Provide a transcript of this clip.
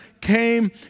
came